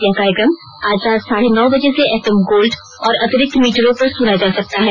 यह कार्यक्रम आज रात साढ़े नौ बजे से एफएम गोल्ड और अतिरिक्त मीटरों पर सुना जा सकता है